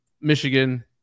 Michigan